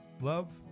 Love